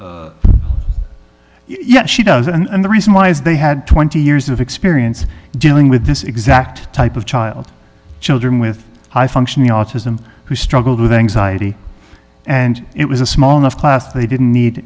condor yet she does and the reason why is they had twenty years of experience dealing with this exact type of child children with high functioning autism who struggled with anxiety and it was a small enough class they didn't need